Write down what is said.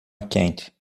quente